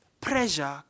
pressure